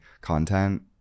content